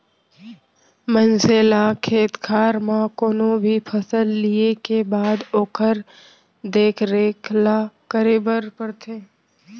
मनसे ल खेत खार म कोनो भी फसल लिये के बाद ओकर देख रेख ल करे बर परथे